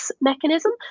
mechanism